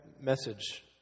message